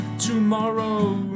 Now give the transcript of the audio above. tomorrow